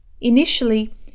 Initially